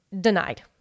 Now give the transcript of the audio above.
denied